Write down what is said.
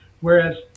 whereas